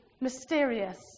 mysterious